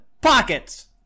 pockets